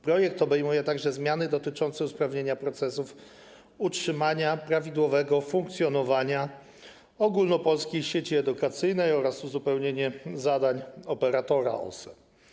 Projekt obejmuje także zmiany dotyczące usprawnienia procesów utrzymania prawidłowego funkcjonowania Ogólnopolskiej Sieci Edukacyjnej oraz uzupełnienie zadań operatora OSE.